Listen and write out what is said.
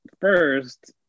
first